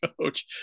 coach